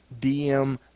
DM